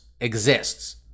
exists